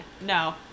No